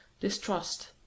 distrust